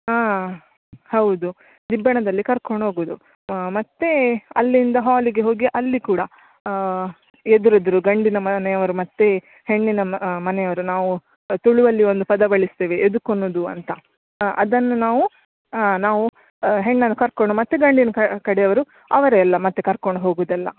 ಹಾಂ ಹೌದು ದಿಬ್ಬಣದಲ್ಲಿ ಕರ್ಕೊಂಡು ಹೋಗೋದು ಮತ್ತೆ ಅಲ್ಲಿಂದ ಹಾಲಿಗೆ ಹೋಗಿ ಅಲ್ಲಿ ಕೂಡ ಎದುರು ಎದುರು ಗಂಡಿನ ಮನೆಯವರು ಮತ್ತೆ ಹೆಣ್ಣಿನ ಮನೆಯವರು ನಾವು ತುಳು ಅಲ್ಲಿ ಒಂದು ಪದ ಬಳಸ್ತೇವೆ ಎದುಕ್ ವೊನದ್ದು ಅಂತ ಅದನ್ನು ನಾವು ನಾವು ಹೆಣ್ಣನ್ನು ಕರ್ಕೊಂಡು ಮತ್ತೆ ಗಂಡಿನ ಕಡೆಯವರು ಅವರೇ ಎಲ್ಲಾ ಮತ್ತೆ ಕರ್ಕಂಡು ಹೋಗೋದು ಎಲ್ಲಾ